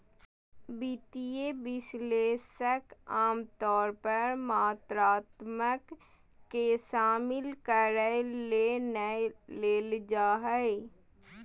वित्तीय विश्लेषक आमतौर पर मात्रात्मक के शामिल करय ले नै लेल जा हइ